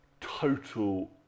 total